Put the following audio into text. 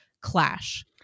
clash